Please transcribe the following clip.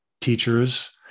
teachers